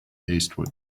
eastward